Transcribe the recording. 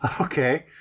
okay